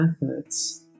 methods